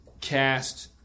cast